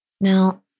Now